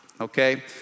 Okay